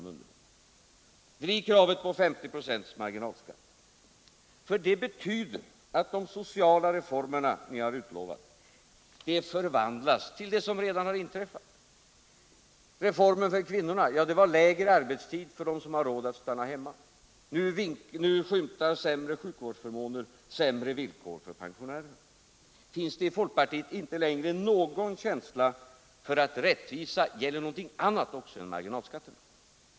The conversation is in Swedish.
Men driv kravet på 50 26 marginalskatt, Ingemar Mundebo, för det betyder att de sociala reformer som ni har utlovat förvandlas till det som redan har inträffat! Reformen för kvinnorna gällde kortare arbetstid för dem som har råd att stanna hemma. Nu skymtar sämre sjukvårdsförmåner och sämre villkor för pensionärerna. Finns det hos folkpartiet inte längre någon känsla för att rättvisa också gäller något annat än marginalskatterna?